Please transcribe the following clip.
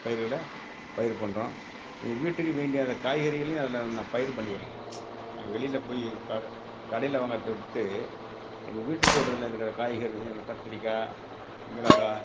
பயிருகளை பயிர் பண்ணுறோம் எங்கள் வீட்டுக்கு வேண்டிய அந்த காய்கறிகளையும் அதில் நாங்கள் பயிர் பண்ணிக்கிறோம் நாங்கள் வெளியில் போய் கடை கடையில் வாங்கிறத விட்டு எங்கள் வீட்டு தோட்டத்தில் இருக்கிற காய்கறிகள் கத்திரிக்காய் மிளகாய்